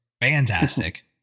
fantastic